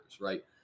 right